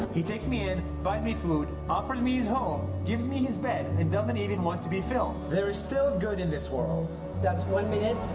he takes me in, buys me food, offers me his home, gives me his bed and doesn't even want to be filmed. there is still good in this world. guy that's one minute.